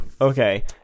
okay